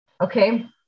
okay